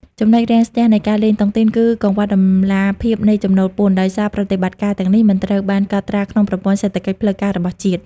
ចំណុចរាំងស្ទះនៃការលេងតុងទីនគឺ "កង្វះតម្លាភាពនៃចំណូលពន្ធ" ដោយសារប្រតិបត្តិការទាំងនេះមិនត្រូវបានកត់ត្រាក្នុងប្រព័ន្ធសេដ្ឋកិច្ចផ្លូវការរបស់ជាតិ។